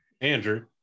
Andrew